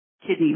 kidney